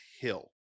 hill